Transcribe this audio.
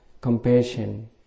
compassion